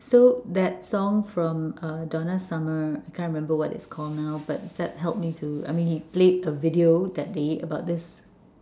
so that song from uh Donald Summer I can't remember what it's called now but Seb helped me to I mean he played a video that day about this